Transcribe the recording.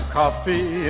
coffee